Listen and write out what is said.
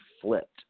flipped